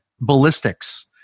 ballistics